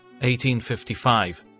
1855